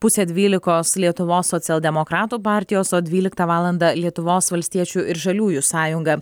pusę dvylikos lietuvos socialdemokratų partijos o dvyliktą valandą lietuvos valstiečių ir žaliųjų sąjunga